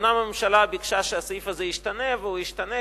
אומנם הממשלה ביקשה שהסעיף הזה ישתנה והוא ישתנה,